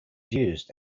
used